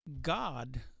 God